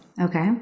Okay